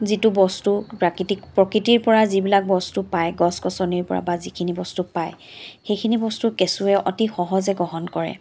যিটো বস্তু প্ৰাকৃতিক প্ৰকৃতিৰ পৰা যিবোৰ বস্তু পায় গছ গছনিৰ পৰাই যিবোৰ বস্তু পাই সেইখিনি বস্তু কেঁচুৱে অতি সহজে গ্ৰহণ কৰে